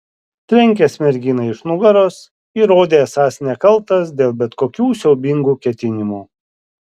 trenkęs merginai iš nugaros įrodei esąs nekaltas dėl bet kokių siaubingų ketinimų